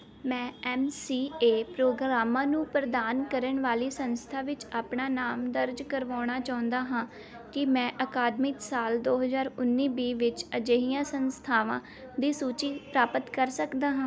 ਮੈਂ M C A ਪ੍ਰੋਗਰਾਮਾਂ ਨੂੰ ਪ੍ਰਦਾਨ ਕਰਨ ਵਾਲੀ ਸੰਸਥਾ ਵਿੱਚ ਆਪਣਾ ਨਾਮ ਦਰਜ ਕਰਵਾਉਣਾ ਚਾਹੁੰਦਾ ਹਾਂ ਕੀ ਮੈਂ ਅਕਾਦਮਿਕ ਸਾਲ ਦੋ ਹਜ਼ਾਰ ਉੱਨੀ ਵੀਹ ਵਿੱਚ ਅਜਿਹੀਆਂ ਸੰਸਥਾਵਾਂ ਦੀ ਸੂਚੀ ਪ੍ਰਾਪਤ ਕਰ ਸਕਦਾ ਹਾਂ